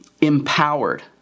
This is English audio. empowered